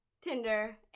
Tinder